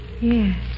Yes